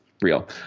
real